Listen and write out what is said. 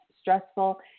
stressful